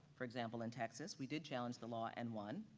for example in texas, we did challenge the law and won